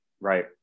Right